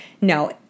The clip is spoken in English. no